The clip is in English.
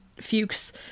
Fuchs